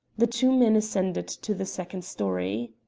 the two men ascended to the second storey.